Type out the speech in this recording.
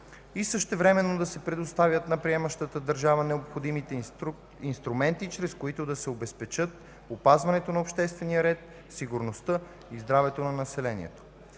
и същевременно да се предоставят на приемащата държава необходимите инструменти, чрез които да се обезпечат опазването на обществения ред, сигурността и здравето на населението.